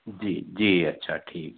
جی جی اچھا ٹھیک ہے